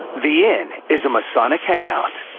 the inn is a masonic hangout.